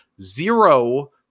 zero